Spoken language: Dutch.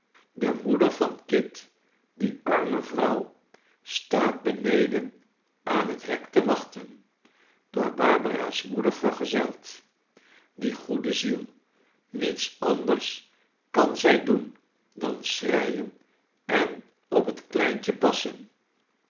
de moeder van kit die arme vrouw staat beneden aan het hek te wachten door barbara's moeder vergezeld die goede ziel niets anders kan zij doen dan schreien en op het kleintje passen